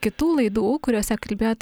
kitų laidų kuriose kalbėjot